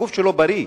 הגוף שלו בריא,